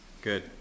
Good